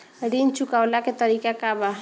ऋण चुकव्ला के तरीका का बा?